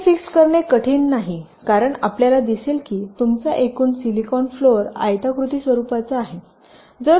area fixed करणे कठीण नाही कारण आपल्याला दिसेल की तुमचा एकूण सिलिकॉन फ्लोर आयताकृती स्वरूपाचा आहे